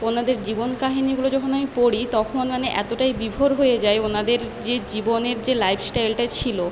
ওনাদের জীবন কাহিনিগুলো যখন আমি পড়ি তখন মানে এতটাই বিভোর হয়ে যাই ওনাদের যে জীবনের যে লাইফ স্টাইলটা ছিলো